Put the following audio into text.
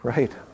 Right